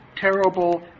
terrible